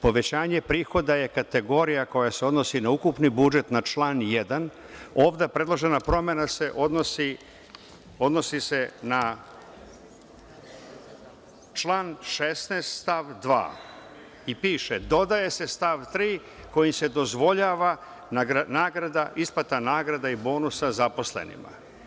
Povećanje prihoda je kategorija koja se odnosi na ukupni budžet na član 1. Ovde predložena promena se odnosi na član 16. stav 2. i piše – dodaje se stav 3. kojim se dozvoljava isplata nagrada i bonusa zaposlenima.